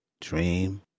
dream